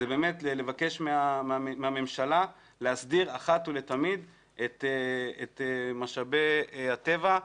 הוא לבקש מהממשלה להסדיר אחת ותלמיד את משאבי הטבע.